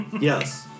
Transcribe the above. Yes